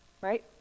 Right